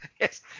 Yes